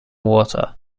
water